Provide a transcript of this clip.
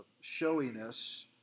showiness